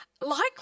likely